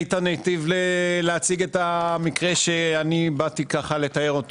איתן היטיב להציג את המקרה שאני באתי לתאר.